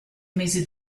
mesi